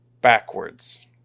backwards